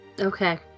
okay